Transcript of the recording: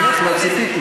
כי ממך לא ציפיתי.